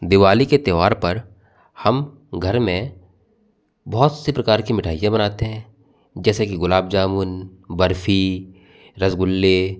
दिवाली के त्यौहार पर हम घर में बहोत से प्रकार की मिठाइया बनाते हैं जैसे कि गुलाब जामुन बर्फ़ी रसगुल्ले